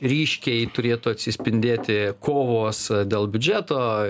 ryškiai turėtų atsispindėti kovos dėl biudžeto